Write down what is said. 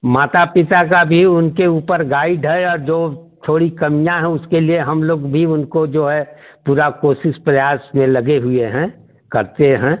माता पिता का भी उनके ऊपर गाइड है और जो थोड़ी कमियाँ हैं उसके लिए हम लोग भी उनको जो है पूरा कोशिश प्रयास में लगे हुए हैं करते हैं